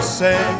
say